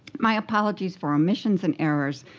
my apologies for omissions and errors.